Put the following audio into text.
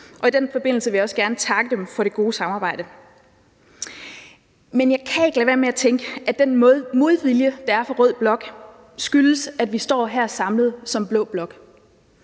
I den forbindelse vil jeg også gerne takke dem for det gode samarbejde. Men jeg kan ikke lade være med at tænke, at den modvilje, der er fra rød bloks side, skyldes, at vi står her samlet som blå blok.